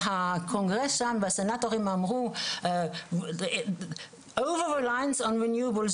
הקונגרס שם והסנאטורים אמרו "תלות יתרה באנרגיה